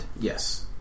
Yes